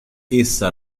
essa